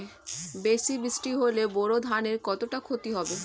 বেশি বৃষ্টি হলে বোরো ধানের কতটা খতি হবে?